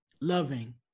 loving